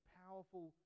powerful